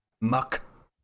Muck